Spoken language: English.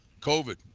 COVID